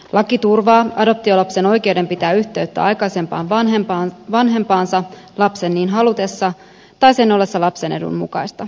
laki turvaa adoptiolapsen oikeuden pitää yhteyttä aikaisempaan vanhempaansa lapsen niin halutessa tai sen ollessa lapsen edun mukaista